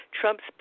Trump's